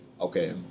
okay